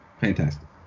Fantastic